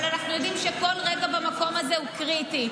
אבל אנחנו יודעים שכל רגע במקום הזה הוא קריטי,